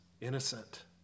innocent